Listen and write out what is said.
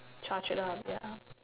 charge it up ya